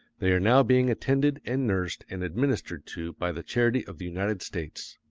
they are now being attended and nursed and administered to by the charity of the united states.